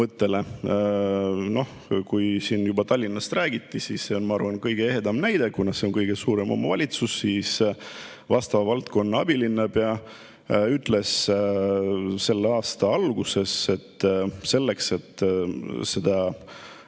Siin juba räägiti Tallinnast ja see on, ma arvan, kõige ehedam näide, kuna see on kõige suurem omavalitsus. Vastava valdkonna abilinnapea ütles selle aasta alguses, et selleks, et seda